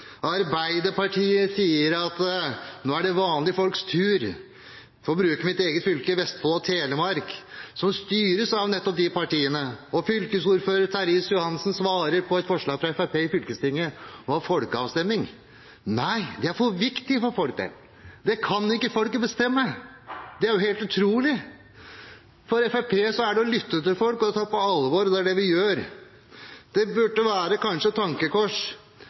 Arbeiderpartiet sier at det nå er vanlige folks tur. Jeg får bruke mitt eget fylke, Vestfold og Telemark, som styres av nettopp de partiene, hvor fylkesordfører Terje Riis-Johansen svarer på et forslag fra Fremskrittspartiet i fylkestinget: Å ha folkeavstemning, nei, dette er for viktig for folk, så det kan ikke folket bestemme. Det er jo helt utrolig. For Fremskrittspartiet er det å lytte til folk og ta dem på alvor, og det er det vi gjør. Det burde kanskje være et tankekors